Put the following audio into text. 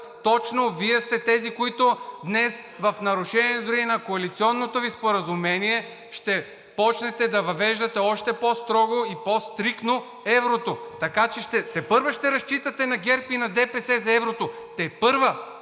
Точно Вие сте тези, които днес, в нарушение дори и на коалиционното Ви споразумение, ще започнете да въвеждате още по-строго и по стриктно еврото. Така че тепърва ще разчитате на ГЕРБ и на ДПС за еврото. Тепърва!